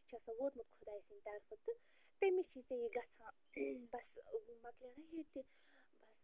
یہِ چھُ آسان ووتمُت خۄداے سٕنٛدِ طرفہٕ تہٕ تٔمی چھُ ژےٚ یہِ گَژھان بَس ابوٗ یہِ مۄکلیٛاو نا ییٚتہِ